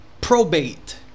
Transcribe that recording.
probate